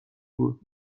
بود